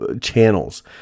channels